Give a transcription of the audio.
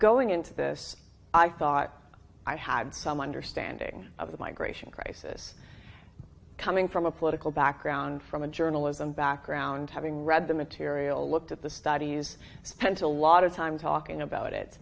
going into this i thought i had some understanding of the migration crisis coming from a political background from a journalism background having read the material looked at the studies spent a lot of time talking about it